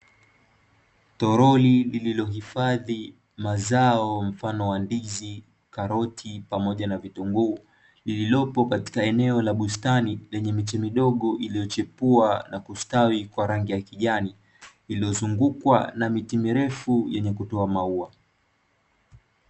Toroli lililohifadhi mazao mfano wa ndizi, karoti, pamoja na vitunguu lililopo katika eneo la bustani lenye miche midogo iliyochipua na kustawi kwa rangi ya kijani, iliyozungukwa na miti mirefu yenye kutoa maua.